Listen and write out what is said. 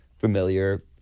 familiar